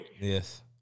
Yes